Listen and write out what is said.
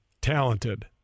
talented